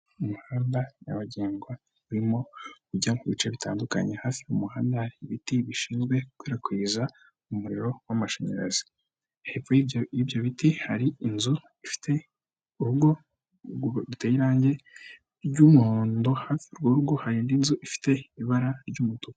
Umuhanda nyabagendwa urimo kujya mubi bice bitandukanye, hafi y'umuhanda hari ibiti bishinzwe gukwirakwiza umuriro w'amashanyarazi, hepfo y'ibyo biti hari inzu ifite urugo ruteye irangi ry'umuhondo, hafi y'urwo rugo hari indi nzu, ifite ibara ry'umutuku.